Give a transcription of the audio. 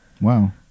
Wow